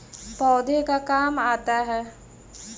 पौधे का काम आता है?